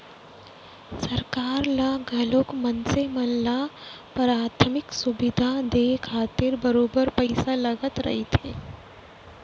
सरकार ल घलोक मनसे मन ल पराथमिक सुबिधा देय खातिर बरोबर पइसा लगत रहिथे